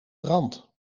brand